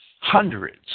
hundreds